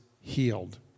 healed